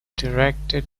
directed